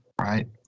right